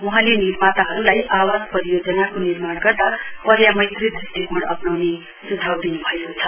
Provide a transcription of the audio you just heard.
वहाँले निर्माताहरूलाई आवास परियोजनाको निर्माण गर्दा पर्यामैत्री दृष्टिकोण अप्नाउने सुझाउ दिनुभएको छ